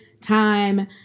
time